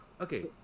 okay